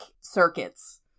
circuits